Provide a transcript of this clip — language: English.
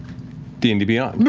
d and d beyond!